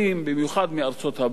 במיוחד מארצות-הברית: